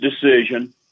decision